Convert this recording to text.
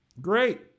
Great